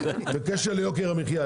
בקשר ליוקר המחיה.